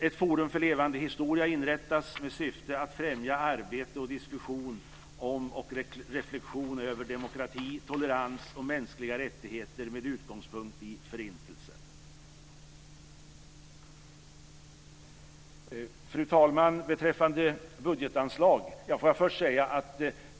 Ett forum för levande historia inrättas med syfte att främja arbete och diskussion om och reflexion över demokrati, tolerans och mänskliga rättigheter med utgångspunkt i Förintelsen.